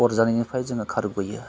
अरजानायनिफ्राय जोङो खारबोयो